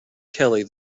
kelly